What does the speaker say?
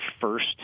first